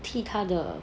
踢他的